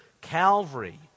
Calvary